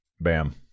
Bam